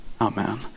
Amen